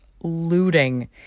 looting